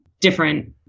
different